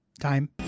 Time